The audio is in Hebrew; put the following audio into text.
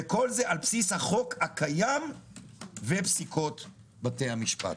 וכל זה על בסיס החוק הקיים ופסיקות בתי המשפט.